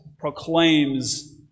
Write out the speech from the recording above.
proclaims